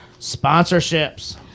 sponsorships